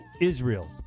Israel